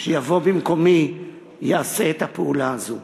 שיבוא במקומי יעשה את הפעולה הזו.